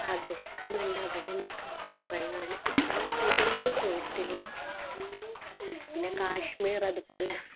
ആഗ്രഹിക്കുന്നുണ്ട് അവിടെയൊന്നൊക്കെ കറങ്ങാന് ഇതുവരെ പോയിട്ടില്ല പിന്നെ കാശ്മീർ അതുപോലെ